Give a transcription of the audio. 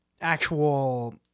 actual